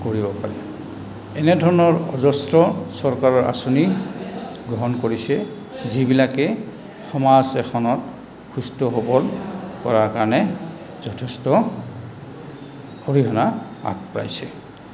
কৰিব পাৰে এনেধৰণৰ অজেস্ৰ চৰকাৰৰ আঁচনি গ্ৰহণ কৰিছে যিবিলাকে সমাজ এখনক সুস্থ সবল কৰাৰ কাৰণে যথেষ্ট অৰিহণা আগবঢ়াইছে